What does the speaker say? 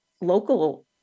local